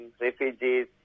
refugees